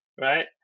right